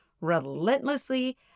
relentlessly